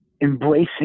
embracing